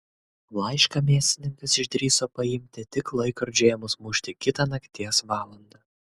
laišką mėsininkas išdrįso paimti tik laikrodžiui ėmus mušti kitą nakties valandą